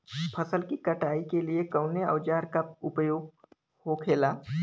फसल की कटाई के लिए कवने औजार को उपयोग हो खेला?